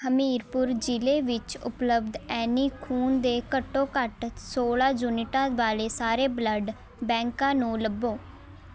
ਹਮੀਰਪੁਰ ਜ਼ਿਲ੍ਹੇ ਵਿੱਚ ਉਪਲੱਬਧ ਐਨੀ ਖੂਨ ਦੇ ਘੱਟੋ ਘੱਟ ਸੋਲ੍ਹਾਂ ਯੂਨਿਟਾਂ ਵਾਲੇ ਸਾਰੇ ਬਲੱਡ ਬੈਂਕਾਂ ਨੂੰ ਲੱਭੋ